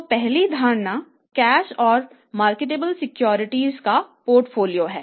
तो पहली धारणा कैश और मार्केटेबल सिक्योरिटीज का पोर्टफोलियो है